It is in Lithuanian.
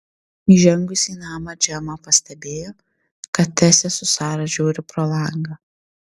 įžengusi į namą džemą pastebėjo kad tęsė su sara žiūri pro langą